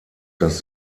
das